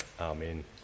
Amen